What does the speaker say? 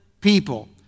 people